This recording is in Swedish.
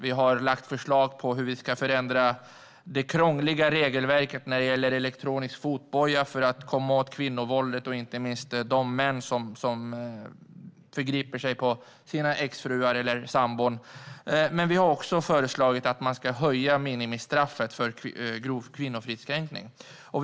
Vi har lagt fram förslag på hur det krångliga regelverket ska förändras när det gäller elektronisk fotboja för att komma åt kvinnovåldet och inte minst de män som förgriper sig på exfruar eller sambor. Vi har också föreslagit att man ska höja minimistraffet för grov kvinnofridskränkning. Fru ålderspresident!